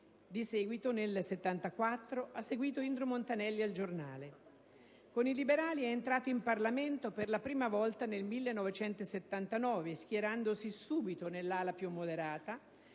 In seguito, nel 1974, ha seguito Indro Montanelli a «il Giornale». Con i liberali entrò in Parlamento per la prima volta nel 1979, schierandosi subito nell'ala più moderata,